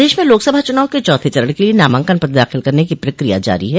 प्रदेश में लोकसभा चुनाव के चौथे चरण के लिये नामांकन पत्र दाखिल करने की प्रक्रिया जारी है